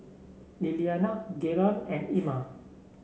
Liliana Gaylon and Ima